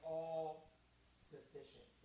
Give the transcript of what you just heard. all-sufficient